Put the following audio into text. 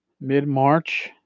mid-march